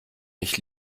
nicht